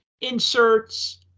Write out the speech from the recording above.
inserts